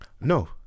No